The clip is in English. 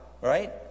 right